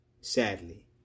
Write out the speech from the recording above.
sadly